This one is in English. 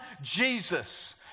Jesus